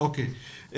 או.קיי.